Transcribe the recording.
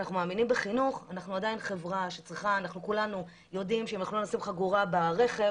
אנחנו מאמינים בחינוך אנחנו כולנו יודעים שאם לא נחגור חגורה ברכב,